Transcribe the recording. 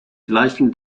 gleichem